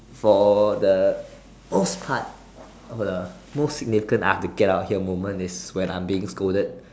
for the most part of the most significant I have to get out here moment is when I am being scolded